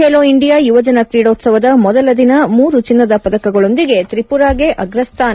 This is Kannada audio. ಟೇಲೋ ಇಂಡಿಯಾ ಯುವಜನ ಕ್ರೀಡೋತ್ಲವದ ಮೊದಲ ದಿನ ಮೂರು ಚಿನ್ನದ ಪದಕಗಳೊಂದಿಗೆ ತ್ರಿಮರಾಗೆ ಅಗ್ರಸ್ಥಾನ